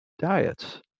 diets